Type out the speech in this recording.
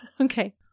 Okay